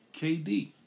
KD